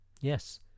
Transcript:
Yes